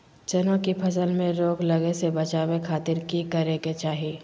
चना की फसल में रोग लगे से बचावे खातिर की करे के चाही?